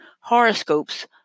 horoscopes